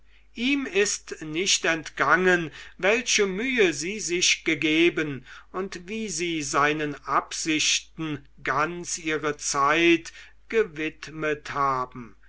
ihm ist nicht entgangen welche mühe sie sich gegeben und wie sie seinen absichten ganz ihre zeit gewidmet haben